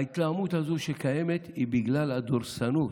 ההתלהמות הזאת שקיימת היא בגלל הדורסנות.